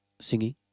singing